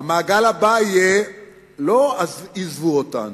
המעגל הבא יהיה לא "עזבו אותנו",